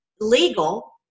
legal